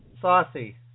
Saucy